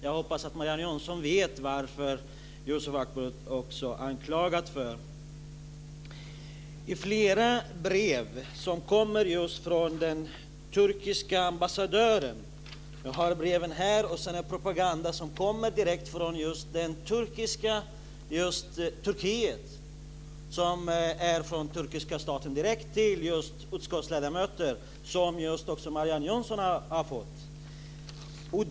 Jag hoppas att Marianne Jönsson vet varför Yusuf Akbulut har anklagats. Det har kommit flera brev just från den turkiska ambassadören. Jag har breven här. Jag har också propaganda som kommer från Turkiet, som är från den turkiska staten direkt till utskottsledamöterna. Också Marianne Jönsson har fått det här.